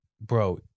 bro